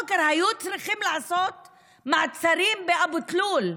03:00 היו צריכים לעשות מעצרים באבו תלול.